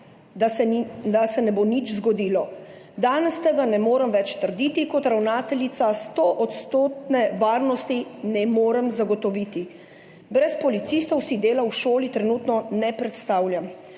da se ne bo nič zgodilo. Danes tega ne morem več trditi. Kot ravnateljica stoodstotne varnosti ne morem zagotoviti. Brez policistov si dela v šoli trenutno ne predstavljam.«